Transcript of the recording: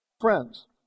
Friends